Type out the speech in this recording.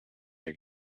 your